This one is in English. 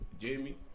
Jamie